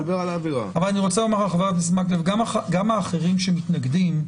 אני רוצה לומר שגם האחרים שמתנגדים,